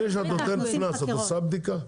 לפני שאת נותנת קנס את עושה בדיקה?